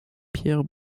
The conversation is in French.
pierre